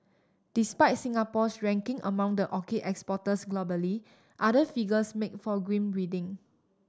despite Singapore's ranking among the orchid exporters globally other figures make for grim reading